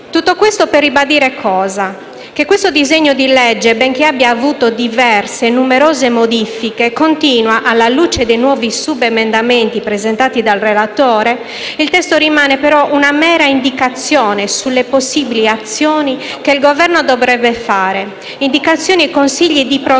Tutto questo per ribadire che questo disegno di legge, benché abbia avuto diverse e numerose modifiche, continua a essere, alla luce dei nuovi subemendamenti presentati dal relatore, una mera indicazione sulle possibili azioni che il Governo dovrebbe fare; indicazioni e consigli di programma,